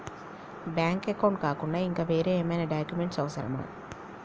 Bank account కాకుండా ఇంకా వేరే ఏమైనా డాక్యుమెంట్స్ అవసరమా?